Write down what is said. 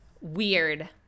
weird